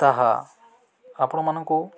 ତାହା ଆପଣ ମାନଙ୍କୁ